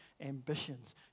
ambitions